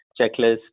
checklist